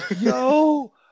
Yo